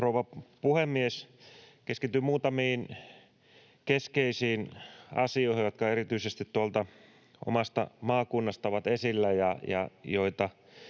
rouva puhemies! Keskityn muutamiin keskeisiin asioihin, jotka erityisesti tuolla omassa maakunnassani ovat esillä ja joita